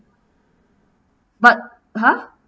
but !huh!